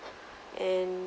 and